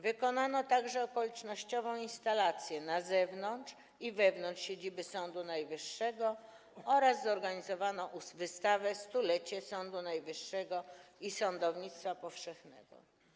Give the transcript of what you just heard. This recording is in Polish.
Wykonano także okolicznościową instalację na zewnątrz i wewnątrz siedziby Sądu Najwyższego oraz zorganizowano wystawę pt. „100-lecie Sądu Najwyższego i sądownictwa powszechnego”